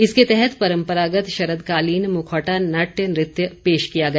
इसके तहत परम्परागत शरदकालीन मुखौटा नाट्य नृत्य पेश किया गया